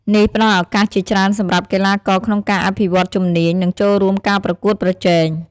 នេះផ្តល់ឱកាសជាច្រើនសម្រាប់កីឡាករក្នុងការអភិវឌ្ឍជំនាញ និងចូលរួមការប្រកួតប្រជែង។